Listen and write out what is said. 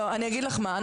עאידה, אגיד לך מה.